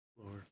Lord